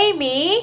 Amy